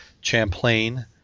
Champlain